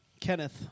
Kenneth